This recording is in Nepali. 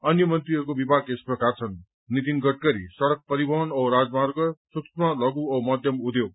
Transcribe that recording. अन्य मन्त्रीहरूको विभाग यस प्रकार छन् नितिन गडकरी सड़क परिवहन औ राजमार्ग सूक्ष्म लघु औ मध्यम उद्योग